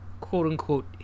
quote-unquote